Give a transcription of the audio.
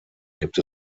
gibt